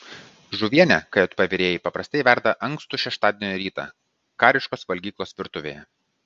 žuvienę kjp virėjai paprastai verda ankstų šeštadienio rytą kariškos valgyklos virtuvėje